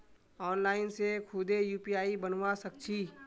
online से खुदे UPI बनवा सक छी